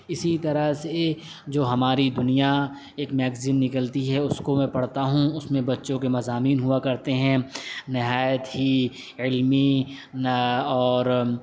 اسی طرح سے جو ہماری دنیا ایک میگزین نکلتی ہے اس کو میں پڑھتا ہوں اس میں بچوں کے مضامین ہوا کرتے ہیں نہایت ہی علمی اور